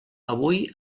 avui